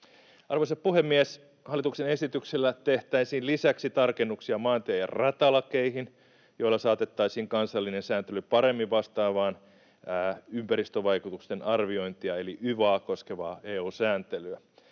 Arvoisa puhemies! Hallituksen esityksellä tehtäisiin lisäksi maantie- ja ratalakeihin tarkennuksia, joilla saatettaisiin kansallinen sääntely paremmin vastaamaan ympäristövaikutusten arviointia eli yvaa koskevaa EU-sääntelyä.